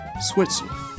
Switzerland